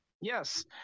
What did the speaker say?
Yes